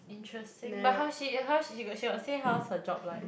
interesting but how she how she she got say how's her job like